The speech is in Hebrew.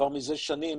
כבר מזה שנים